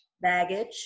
Baggage